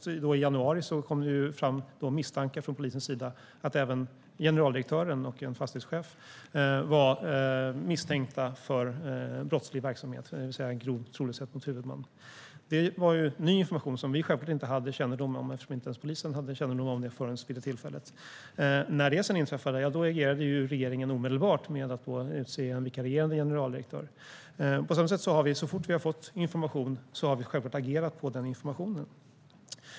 I januari kom det fram misstankar från polisens sida att även generaldirektören och en fastighetschef var misstänkta för brottslig verksamhet, det vill säga grov trolöshet mot huvudman. Det var ny information som vi självklart inte hade kännedom om, eftersom inte ens polisen hade kännedom om det förrän vid det tillfället. När det sedan inträffade reagerade regeringen omedelbart med att utse en vikarierande generaldirektör. På samma sätt har vi så fort vi har fått information självklart agerat på den informationen.